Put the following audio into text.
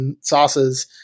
sauces